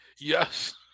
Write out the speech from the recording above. Yes